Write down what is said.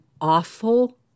awful